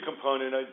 component